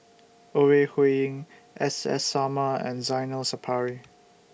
Ore Huiying S S Sarma and Zainal Sapari